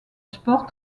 sport